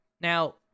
now –